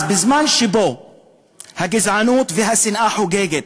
אז בזמן שהגזענות והשנאה חוגגות,